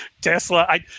Tesla